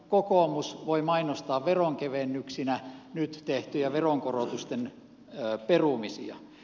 kokoomus voi mainostaa veronkevennyksinä nyt tehtyjä veronkorotusten perumisia